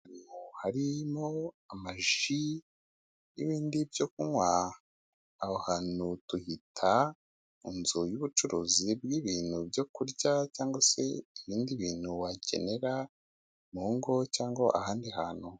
Harimo amaji n'ibindi byo kunywa, aho hantu tuhita mu nzu y'ubucuruzi bw'ibintu byo kurya cyangwa se ibindi bintu wakenera mu ngo cyangwa ahandi hantu.